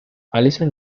allison